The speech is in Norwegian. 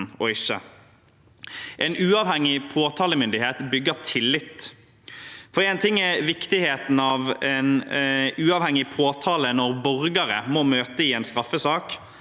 En uavhengig påtalemyndighet bygger tillit. Én ting er viktigheten av en uavhengig påtale når borgere må møte i en straffesak.